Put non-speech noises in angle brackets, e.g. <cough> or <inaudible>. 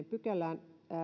<unintelligible> pykälään